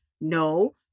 No